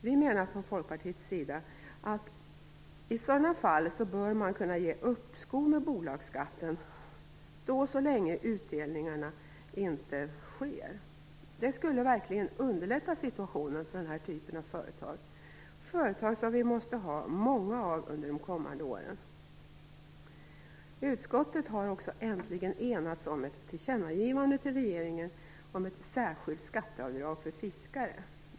Vi menar från Folkpartiets sida att man i sådana fall bör kunna ge uppskov med bolagsskatten så länge inga utdelningar sker. Det skulle verkligen underlätta situationen för denna typ av företag. Företag som vi måste få många av under de kommande åren. Utskottet har äntligen enats om ett tillkännagivande till regeringen om ett särskilt skatteavdrag för fiskare.